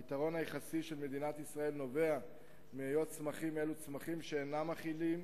היתרון היחסי של מדינת ישראל נובע מהיות צמחים אלו צמחים שאינם אכילים,